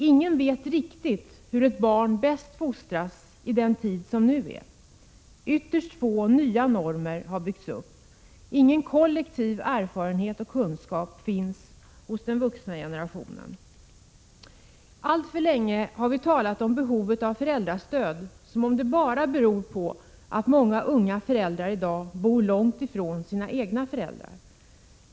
Ingen vet riktigt hur ett barn bäst fostras i den tid som nu är. Ytterst få nya normer har byggts upp — ingen kollektiv erfarenhet och kunskap finns hos den vuxna generationen. Alltför länge har vi talat om behovet av föräldrastöd, som om det bara beror på att många unga föräldrar i dag bor långt från sina egna föräldrar.